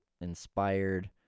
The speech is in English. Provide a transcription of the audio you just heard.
inspired